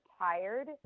tired